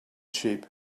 sheep